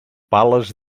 pales